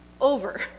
over